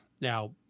Now